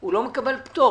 והוא לא מקבל פטור.